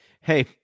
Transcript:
Hey